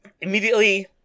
immediately